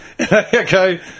Okay